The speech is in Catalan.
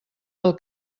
del